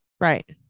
Right